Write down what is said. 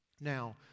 Now